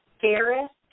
fairest